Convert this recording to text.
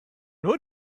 nur